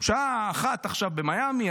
השעה עכשיו 13:15,